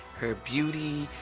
her beauty,